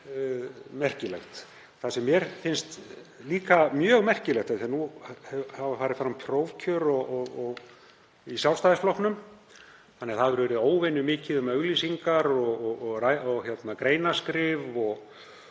merkilegt. Það sem mér finnst líka mjög merkilegt er að nú hafa farið fram prófkjör í Sjálfstæðisflokknum þannig að óvenjumikið hefur verið um auglýsingar og greinaskrif og